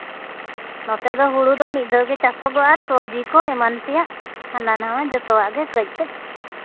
ᱱᱚᱛᱮ ᱫᱚ ᱦᱳᱲᱳ ᱫᱚ ᱢᱤᱫ ᱫᱷᱟᱣ ᱜᱮ ᱪᱟᱥᱚᱜᱚᱜᱼᱟ ᱟᱨ ᱥᱚᱵᱽᱡᱤ ᱠᱚ ᱮᱢᱟᱱ ᱛᱮᱭᱟᱜ ᱦᱟᱱᱟ ᱱᱚᱣᱟ ᱡᱚᱛᱚᱣᱟᱜ ᱜᱮ ᱠᱟᱹᱡ ᱠᱟᱹᱡ